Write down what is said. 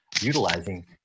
utilizing